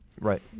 Right